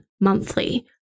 monthly